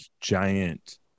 giant